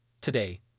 Today